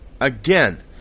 again